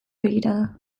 begirada